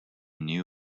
knew